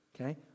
Okay